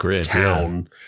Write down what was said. town